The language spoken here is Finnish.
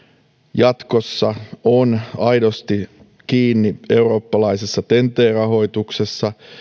jatkossa on aidosti kiinni eurooppalaisessa ten t rahoituksessa